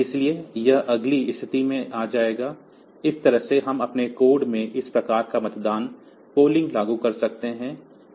इसलिए यह अगली स्थिति में आ जाएगा इस तरह से हम अपने कोड में इस प्रकार का मतदान लागू कर सकते हैं